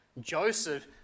Joseph